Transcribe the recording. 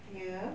ya